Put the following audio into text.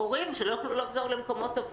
הורים לא יוכלו לחזור לעבודה.